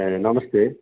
ए नमस्ते